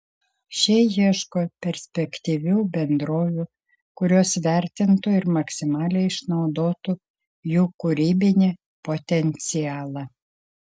šie ieško perspektyvių bendrovių kurios vertintų ir maksimaliai išnaudotų jų kūrybinį potencialą